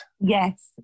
Yes